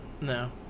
No